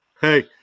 Hey